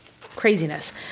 craziness